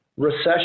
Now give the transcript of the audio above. Recession